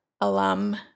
alum